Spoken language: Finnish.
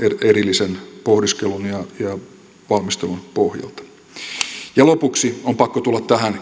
erillisen pohdiskelun ja valmistelun pohjalta lopuksi on pakko tulla tähän